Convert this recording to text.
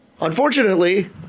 Unfortunately